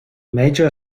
major